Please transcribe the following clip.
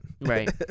Right